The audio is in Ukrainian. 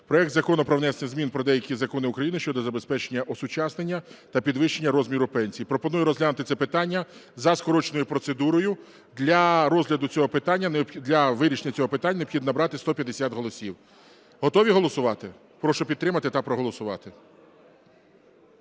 Проект Закону про внесення змін до деяких законів України щодо забезпечення осучаснення та підвищення розмірів пенсій. Пропоную розглянути це питання за скороченою процедурою. Для розгляду цього питання… для вирішення цього питання необхідно набрати 150 голосів. Готові голосувати? Прошу підтримати та проголосувати.